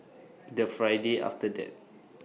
The Friday after that